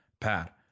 Pat